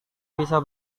bisa